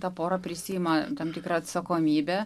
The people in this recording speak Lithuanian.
ta pora prisiima tam tikrą atsakomybę